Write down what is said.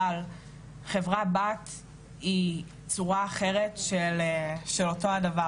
אבל חברת בת היא צורה אחרת של אותו הדבר